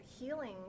healing